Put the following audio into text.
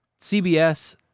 CBS